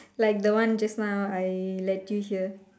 like the one just now I let you hear